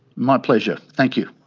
my pleasure, thank you.